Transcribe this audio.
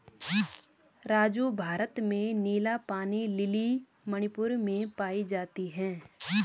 राजू भारत में नीला पानी लिली मणिपुर में पाई जाती हैं